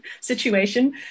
situation